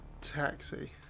taxi